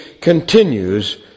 continues